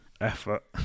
Effort